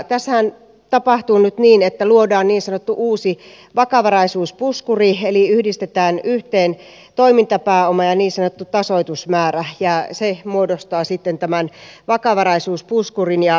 tässähän tapahtuu nyt niin että luodaan niin sanottu uusi vakavaraisuuspuskuri eli yhdistetään yhteen toimintapääoma ja niin sanottu tasoitusmäärä ja se muodostaa sitten tämän vakavaraisuuspuskurin